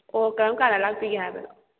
ꯑꯣ ꯀꯔꯝ ꯀꯥꯟꯗ ꯂꯥꯛꯄꯤꯒꯦ ꯍꯥꯏꯕꯅꯣ